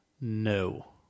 no